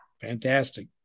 Fantastic